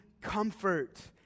comfort